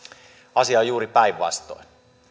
asia on juuri päinvastoin